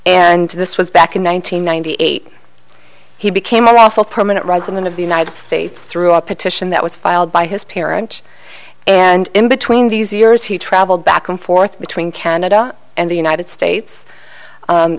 and this was back in one nine hundred ninety eight he became a lawful permanent resident of the united states through a petition that was filed by his parents and in between these years he traveled back and forth between canada and the united states